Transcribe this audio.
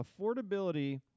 Affordability